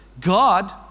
God